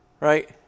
Right